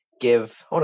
give